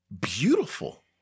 beautiful